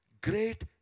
great